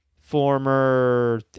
former